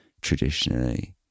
traditionally